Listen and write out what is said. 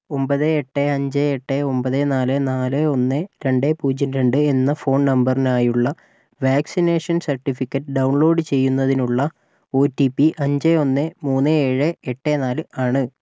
ഒമ്പത് എട്ട് അഞ്ച് എട്ട് ഒമ്പത് നാല് നാല് ഒന്ന് രണ്ട് പൂജ്യം രണ്ട് എന്ന ഫോൺ നമ്പറിനായുള്ള വാക്സിനേഷൻ സർട്ടിഫിക്കറ്റ് ഡൗൺലോഡ് ചെയ്യുന്നതിനുള്ള ഒ റ്റി പി അഞ്ച് ഒന്ന് മൂന്ന് ഏഴ് എട്ട് നാല് ആണ്